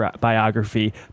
biography